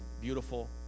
beautiful